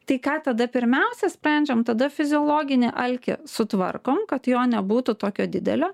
tai ką tada pirmiausia sprendžiam tada fiziologinį alkį sutvarkom kad jo nebūtų tokio didelio